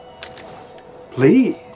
please